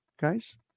guys